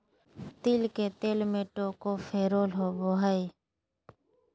तिल के तेल में टोकोफेरोल होबा हइ